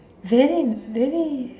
very very